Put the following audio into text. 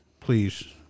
please